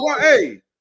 hey